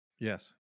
Yes